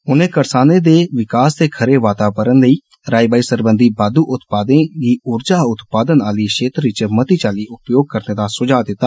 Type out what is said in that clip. उने करसानें दे विकास दे खरे वातावरण लेई राई बाई सरबंधी बाद्दू उत्पादें गी उर्जा उत्पादन आली क्षेत्र च मती चाल्ली उपयोग करने दा सुझाव दिता